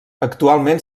actualment